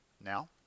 Now